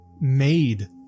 made